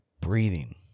breathing